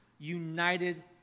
United